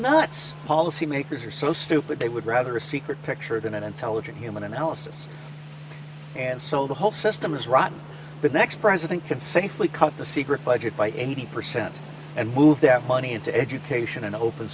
nuts policymakers are so stupid they would rather a secret picture than an intelligent human analysis and so the whole system is rotten the next president can safely cut the secret budget by eighty percent and move that money into education and open